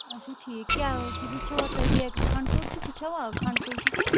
اَچھا ٹھیٖک کیٛاہ ہُہ چھُوا تۄہہِ بیکہٕ کھنٛڈٕ ژوٚٹ تہِ ہُہ چھَوا کھنٛڈٕ کُلچہِ تہِ